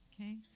okay